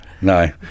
No